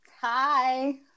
Hi